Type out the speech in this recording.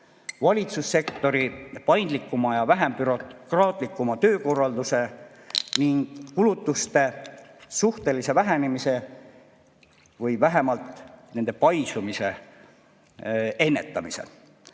valitsussektori paindlikuma ja vähem bürokraatlikuma töökorralduse ning kulutuste suhtelise vähenemise või vähemalt nende paisumise ennetamise.